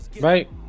right